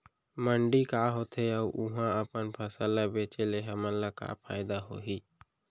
मंडी का होथे अऊ उहा अपन फसल ला बेचे ले हमन ला का फायदा होही?